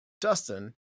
Dustin